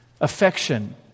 affection